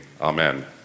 Amen